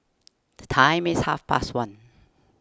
the time is half past one